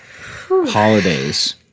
holidays